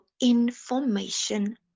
information